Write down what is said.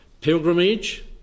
pilgrimage